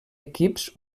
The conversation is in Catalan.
equips